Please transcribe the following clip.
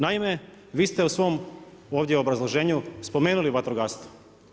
Naime, vi ste u svom ovdje u obrazloženju spomenuli vatrogastvo.